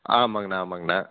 ஆமாங்கண்ணா ஆமாங்கண்ணா